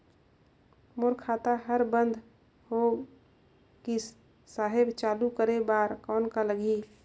मोर खाता हर बंद होय गिस साहेब चालू करे बार कौन का लगही?